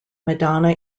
madonna